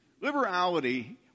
Liberality